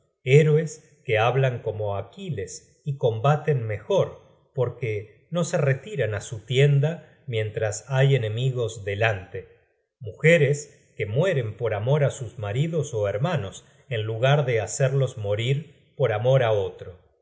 héroes que hablan como aquiles y combaten mejor porque no se retiran á su tienda mientras hay enemigos delante mujeres que mueren por amor á sus maridos ó hermanos en lugar de hacerlos morir por amor á otro